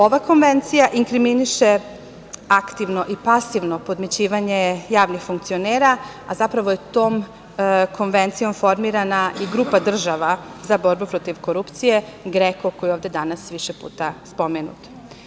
Ova konvencija inkriminiše aktivno i pasivno podmićivanje javnih funkcionera, a zapravo je tom konvencijom formirana i grupa država za borbu protiv korupcije GREKO, koja je ovde danas više puta spomenuta.